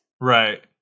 Right